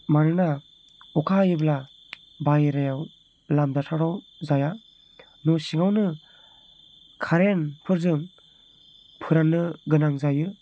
मानोना अखा हायोब्ला बाहेरायाव लामबाथाय जाया न' सिङावनो खारेनफोरजों फोराननो गोनां जायो